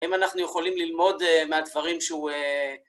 אם אנחנו יכולים ללמוד א... מהדברים שהוא... א...